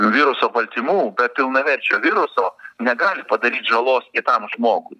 viruso baltymų pilnaverčio viruso negali padaryt žalos kitam žmogui